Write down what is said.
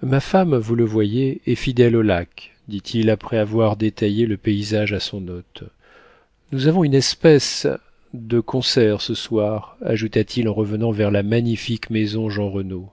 ma femme vous le voyez est fidèle aux lacs dit-il après avoir détaillé le paysage à son hôte nous avons une espèce de concert ce soir ajouta-t-il en revenant vers la magnifique maison jeanrenaud